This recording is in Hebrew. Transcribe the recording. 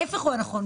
ההיפך הוא הנכון.